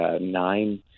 nine